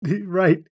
Right